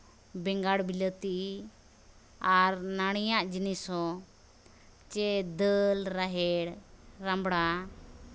ᱵᱮᱸᱜᱟᱲ ᱵᱤᱞᱟᱹᱛᱤ ᱟᱨ ᱱᱟᱹᱲᱤᱭᱟᱜ ᱡᱤᱱᱤᱥ ᱦᱚᱸ ᱪᱮᱫ ᱫᱟᱹᱞ ᱨᱟᱦᱮᱲ ᱨᱟᱢᱵᱽᱲᱟ